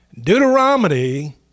Deuteronomy